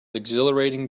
exhilarating